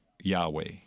Yahweh